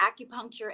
acupuncture